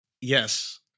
Yes